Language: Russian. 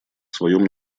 своем